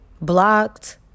Blocked